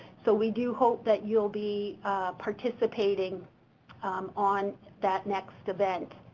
so we do hope that you'll be participating on that next event